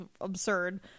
absurd